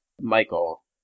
Michael